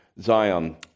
Zion